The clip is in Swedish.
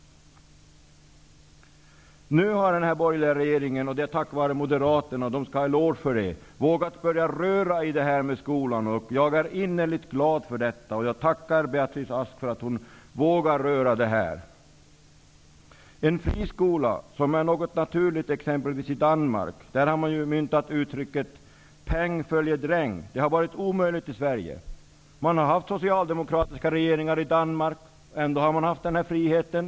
Nu har den här borgerliga regeringen tack vare moderaterna -- det skall de ha en eloge för -- vågat börja röra i frågan om skolan. Jag är innerligt glad för detta, och jag tackar Beatrice Ask för att hon vågar röra i denna fråga. I t.ex. Danmark är det naturligt med fria skolor. Där har man myntat uttrycket: Peng f lger dreng. Det har varit omöjligt i Sverige. Man har haft socialdemokratiska regeringar i Danmark, men ändå har man haft den här friheten.